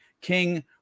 King